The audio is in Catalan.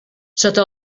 sota